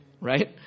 right